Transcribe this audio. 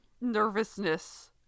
nervousness